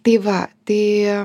tai va tai